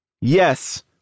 Yes